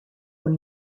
con